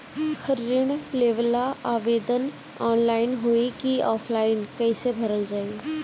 ऋण लेवेला आवेदन ऑनलाइन होई की ऑफलाइन कइसे भरल जाई?